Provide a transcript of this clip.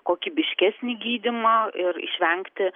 kokybiškesnį gydymą ir išvengti